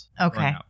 Okay